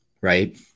right